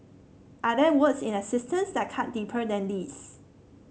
are there words in existence that cut deeper than these